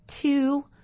Two